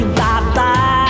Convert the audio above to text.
bye-bye